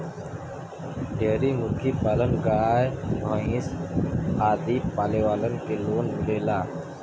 dairy मुर्गी पालन गाय भैस आदि पाले वालन के लोन मिलेला